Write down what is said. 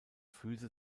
füße